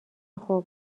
خوب